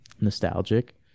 nostalgic